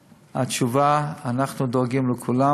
התשובה: אנחנו דואגים לכולם.